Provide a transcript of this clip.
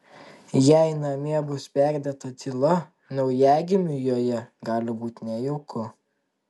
jei namie bus perdėta tyla naujagimiui joje gali būti nejauku